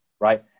right